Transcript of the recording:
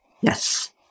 Yes